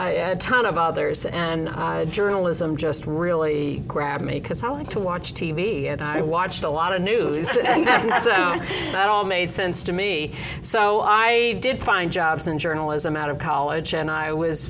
a ton of others and journalism just really grabbed me because i like to watch t v and i watched a lot of news and so it all made sense to me so i did find jobs in journalism out of college and i was